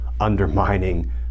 undermining